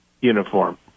uniform